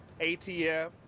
ATF